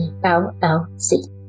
LLC